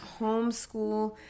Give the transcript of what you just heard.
homeschool